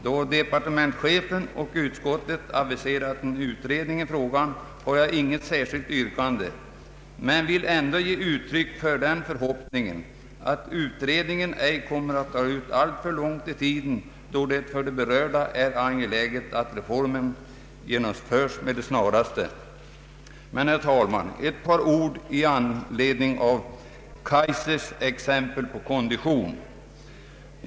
Då departementschefen och utskottet aviserat en utredning i frågan, har jag inget särskilt yrkande, men jag vill ändå ge uttryck för den förhoppningen att utredningen ej kommer att dra ut alltför långt i tiden, då det för de berörda är angeläget att reformen genomföres med det snaraste. Herr talman! Ett par ord i anledning av herr Kaijsers exempel på kondition.